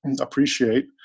appreciate